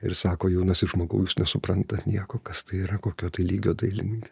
ir sako jaunasis žmogau jis nesuprantat nieko kas tai yra kokio tai lygio dailininkė